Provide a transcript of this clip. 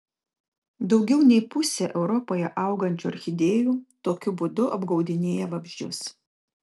daugiau nei pusė europoje augančių orchidėjų tokiu būdu apgaudinėja vabzdžius